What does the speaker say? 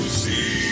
see